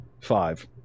Five